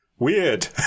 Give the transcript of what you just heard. weird